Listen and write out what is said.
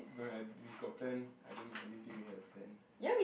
don't have we got plan I don't I didn't think we have a plan